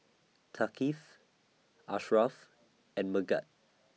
Thaqif Ashraff and Megat